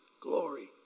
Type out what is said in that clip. glory